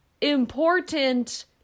important